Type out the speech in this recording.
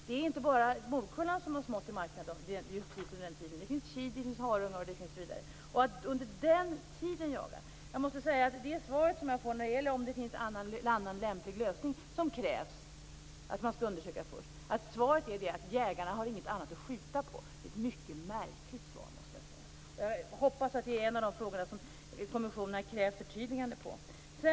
Det är inte bara morkullan som har smått i markerna precis under tiden för jakten, utan det har också kid, hararungar osv. På min fråga om man först skall undersöka om det finns någon annan lämplig lösning är svaret att jägarna inte har något annat att skjuta på. Det är ett mycket märkligt svar, måste jag säga. Jag hoppas att det är en av de frågor som kommissionen har krävt förtydligande på.